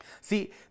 See